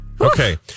Okay